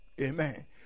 Amen